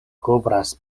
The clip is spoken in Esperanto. kovras